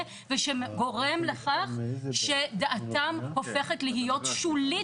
וגורם לכך שדעתם הופכת להיות שולית.